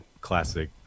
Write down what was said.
classic